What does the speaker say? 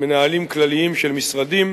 מנהלים כלליים של משרדים,